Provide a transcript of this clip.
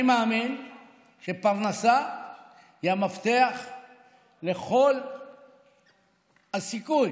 אני מאמין שפרנסה היא המפתח לכל סיכוי